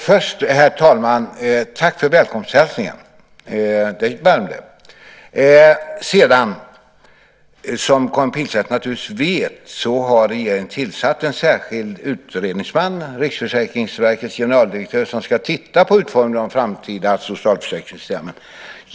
Herr talman! Först vill jag tacka för välkomsthälsningen. Den värmde. Som Karin Pilsäter naturligtvis vet har regeringen tillsatt en särskild utredningsman, Riksförsäkringsverkets generaldirektör, som ska titta på utformningen av de framtida socialförsäkringssystemen.